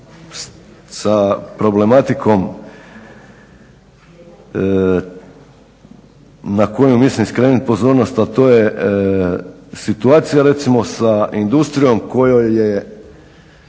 sa problematikom na koju mislim skrenuti pozornost, a to je situacija recimo sa industrijom kojoj je